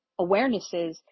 awarenesses